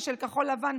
ולכחול לבן,